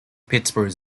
pittsburgh